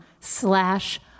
slash